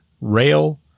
rail